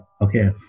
okay